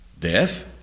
Death